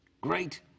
Great